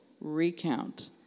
recount